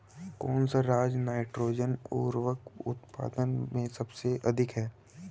कौन सा राज नाइट्रोजन उर्वरक उत्पादन में सबसे अधिक है?